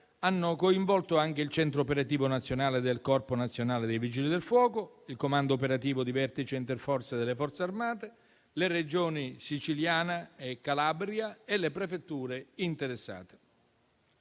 hanno coinvolto anche il centro operativo nazionale del Corpo nazionale dei vigili del fuoco, il comando operativo di vertice interforze delle Forze armate, le Regioni Sicilia e Calabria e le prefetture interessate.